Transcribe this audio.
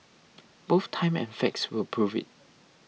both time and facts will prove it